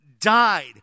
died